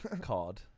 card